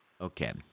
Okay